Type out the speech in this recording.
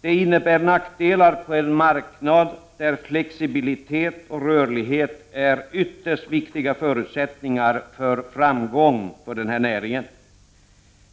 Detta innebär nackdelar på en marknad där flexibilitet och rörlighet är ytterst viktiga förutsättningar för framgång.